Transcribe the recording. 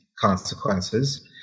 consequences